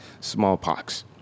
smallpox